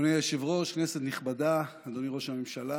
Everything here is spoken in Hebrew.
אדוני היושב-ראש, כנסת נכבדה, אדוני ראש הממשלה,